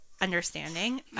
understanding